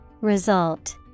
Result